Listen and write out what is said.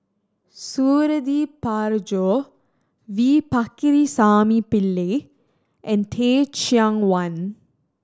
Suradi Parjo V Pakirisamy Pillai and Teh Cheang Wan